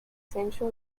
sensual